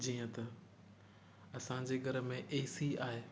जीअं त असांजे घर में ए सी आहे